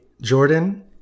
Jordan